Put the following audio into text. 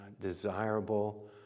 desirable